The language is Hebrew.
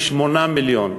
ל-8 מיליון.